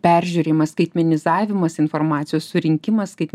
peržiūrėjimas skaitmenizavimas informacijos surinkimas kaip